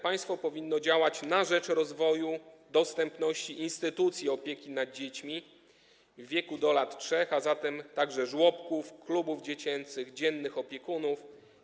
Państwo powinno działać na rzecz rozwoju dostępności instytucji opieki nad dziećmi w wieku do lat 3, a zatem także żłobków, klubów dziecięcych, dziennych opiekunów.